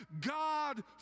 God